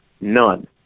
none